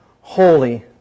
holy